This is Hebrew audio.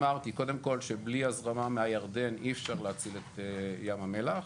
קודם כל שבלי הזרמה מהירדן אי אפשר להציל את ים המלח.